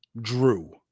Drew